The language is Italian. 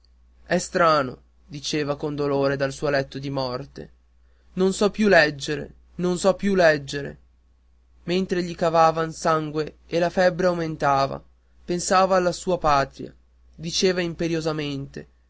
è strano diceva con dolore dal suo letto di morte non so più leggere non posso più leggere mentre gli cavavan sangue e la febbre aumentava pensava alla sua patria diceva